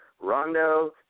Rondo